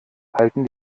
halten